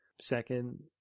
second